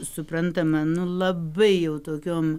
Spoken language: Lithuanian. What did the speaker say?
suprantama labai jau tokiom